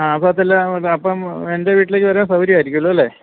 ആ ഭാഗത്തെല്ലാം ഉണ്ട് അപ്പോള് എൻ്റെ വീട്ടിലേക്കു വരാൻ സൌകര്യമായിരിക്കുമല്ലോ അല്ലേ